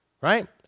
right